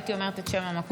הייתי אומרת את שם המקום.